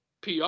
PR